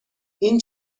این